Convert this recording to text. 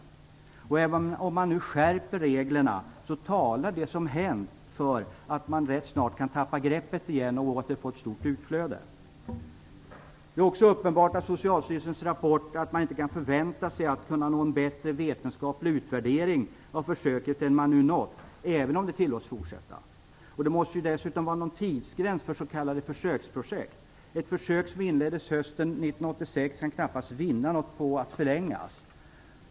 Även om man nu skärper reglerna talar det som hänt för att man rätt snart kan tappa greppet igen och åter får ett stort utflöde. Det är också uppenbart i Socialstyrelsens rapport att man inte kan förvänta sig att kunna nå en bättre vetenskaplig utvärdering av försöket än man nu fått, även om det tillåts fortsätta. Det måste dessutom vara en tidsgräns för s.k. försöksprojekt. Ett försök som inleddes hösten 1986 kan knappast vinna något på en förlängning.